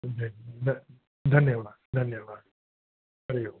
ध ध धन्यवाद धन्यवाद हरि ओम